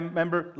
member